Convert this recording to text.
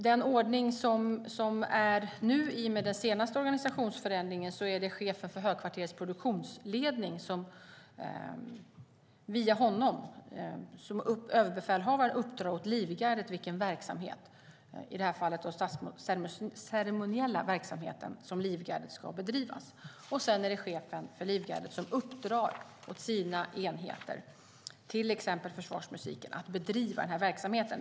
Den ordning som råder nu, i och med den senaste organisationsförändringen, innebär att det är via chefen för Högkvarterets produktionsledning som överbefälhavaren uppdrar åt Livgardet vilken verksamhet, i det här fallet den statsceremoniella verksamheten, som Livgardet ska bedriva. Sedan är det chefen för Livgardet som uppdrar åt sina enheter, till exempel försvarsmusiken, att bedriva den här verksamheten.